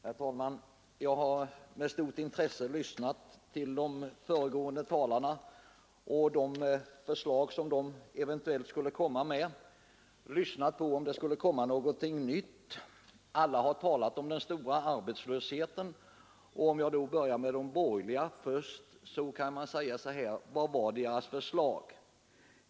Herr talman! Jag har med stort intresse lyssnat till de föregående talarna för att höra, om de eventuellt skulle komma med några förslag eller med någonting nytt. Alla har de talat om den stora arbetslösheten. Om jag då börjar med de borgerliga talarna, vilka var deras förslag?